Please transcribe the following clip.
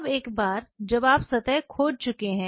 अब एक बार जब आप सतह खोद चुके हैं